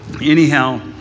anyhow